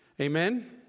Amen